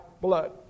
blood